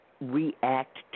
react